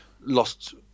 lost